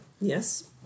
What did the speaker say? Yes